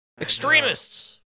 Extremists